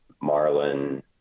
marlin